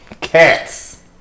Cats